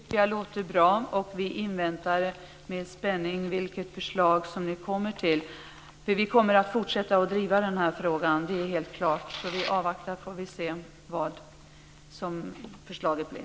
Fru talman! Det tycker jag låter bra. Vi inväntar med spänning det förslag som ni kommer fram till. Vi kommer att fortsätta att driva denna fråga; det är helt klart. Vi avvaktar, så får vi se hur förslaget blir.